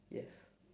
yes